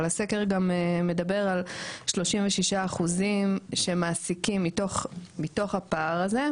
אבל הסקר גם מדבר על 36% שמעסיקים מתוך הפער הזה,